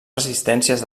resistències